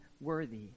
worthy